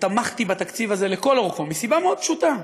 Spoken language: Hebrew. ותמכתי בתקציב הזה לכל אורכו מסיבה מאוד פשוטה,